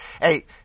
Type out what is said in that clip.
Hey